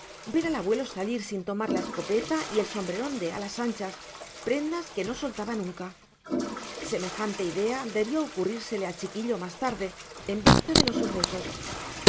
ver al abuelo salir sin tomar la escopeta y el sombrerón de alas anchas prendas que no soltaba nunca semejante idea debió ocurrírsele al chiquillo más tarde en vista de los sucesos